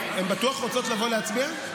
הן בטוח רוצות לבוא להצביע?